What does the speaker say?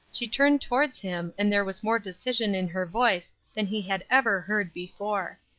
she turned towards him and there was more decision in her voice than he had ever heard before.